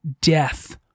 death